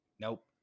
Nope